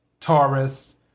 Taurus